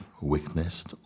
witnessed